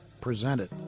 presented